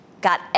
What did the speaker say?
got